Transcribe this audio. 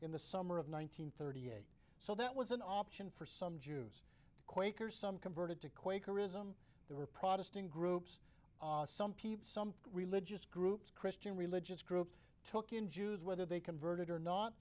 in the summer of one nine hundred thirty eight so that was an option for some jews quakers some converted to quakerism there were protestant groups some people some religious groups christian religious groups took in jews whether they converted or not